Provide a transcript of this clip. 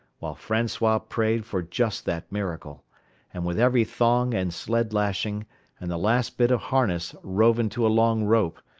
while francois prayed for just that miracle and with every thong and sled lashing and the last bit of harness rove into a long rope,